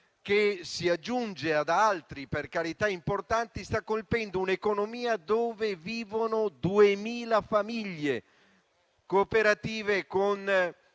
che si aggiunge ad altri - per carità, importanti - sta colpendo un'economia di cui vivono 2.000 famiglie, cooperative di